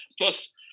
plus